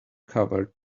covered